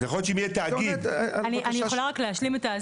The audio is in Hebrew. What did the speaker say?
אז יכול להיות שאם יהיה תאגיד --- אני יכולה רק להשלים את זה.